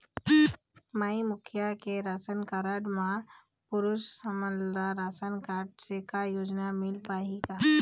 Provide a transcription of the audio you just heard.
माई मुखिया के ration card म पुरुष हमन ला रासनकारड से का योजना मिल पाही का?